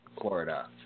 Florida